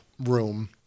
room